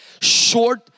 short